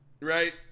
right